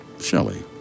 Shelley